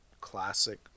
classic